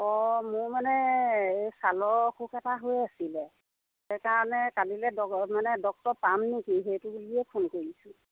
অ মোৰ মানে এই ছালৰ অসুখ এটা হৈ আছিলে সেইকাৰণে কালিলে ডক মানে ডক্তৰ পাম নেকি সেইটো বুলিয়ে ফোন কৰিছোঁ